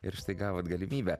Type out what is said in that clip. ir štai gavot galimybę